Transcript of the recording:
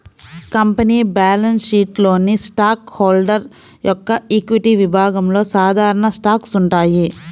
company balance షీట్లోని stock holder యొక్క equity విభాగంలో సాధారణ స్టాక్స్ ఉంటాయి